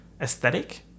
aesthetic